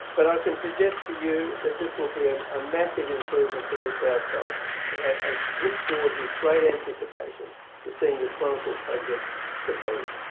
but i can suggest to you that this will be a ah massive improvement to the southside and i look forward with great anticipation to seeing this wonderful project completed.